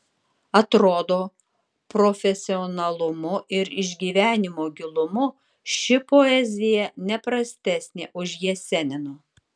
atrodo profesionalumu ir išgyvenimo gilumu ši poezija ne prastesnė už jesenino